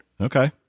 Okay